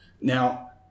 now